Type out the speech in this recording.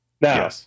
Now